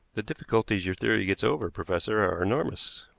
the difficulties your theory gets over, professor, are enormous.